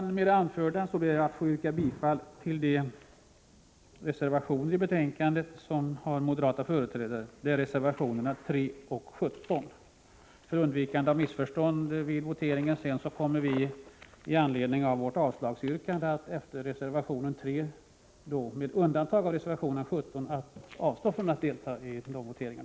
Med det anförda ber jag att få yrka bifall till de reservationer i betänkandet som har moderata företrädare — reservationerna 3 och 17. För undvikande av missförstånd vid voteringen kommer vi, med anledning av vårt avslagsyrkande, att efter reservation 3 avstå från att delta i voteringarna, med undantag för reservation 17.